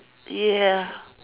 ya